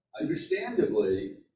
Understandably